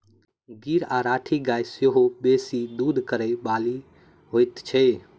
गीर आ राठी गाय सेहो बेसी दूध करय बाली होइत छै